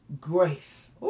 Grace